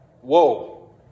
whoa